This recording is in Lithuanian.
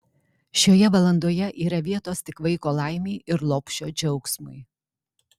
šioje valandoje yra vietos tik vaiko laimei ir lopšio džiaugsmui